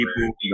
people